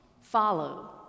follow